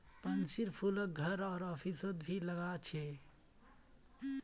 पैन्सीर फूलक घर आर ऑफिसत भी लगा छे